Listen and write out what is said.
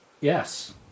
Yes